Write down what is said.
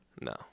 No